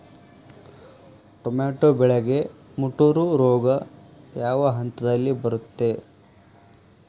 Tomato ಬೆಳೆಗೆ ಮುಟೂರು ರೋಗ ಯಾವ ಹಂತದಲ್ಲಿ ಬರುತ್ತೆ?